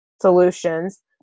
solutions